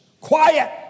Quiet